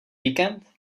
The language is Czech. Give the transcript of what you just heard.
víkend